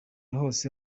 hose